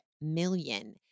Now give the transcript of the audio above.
million